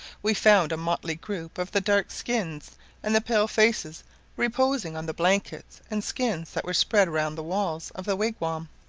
we found a motley group of the dark skins and the pale faces reposing on the blankets and skins that were spread round the walls of the wigwam.